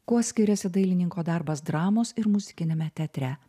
kuo skiriasi dailininko darbas dramos ir muzikiniame teatre